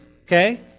okay